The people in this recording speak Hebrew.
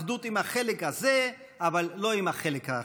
אחדות עם החלק הזה אבל לא עם האחר.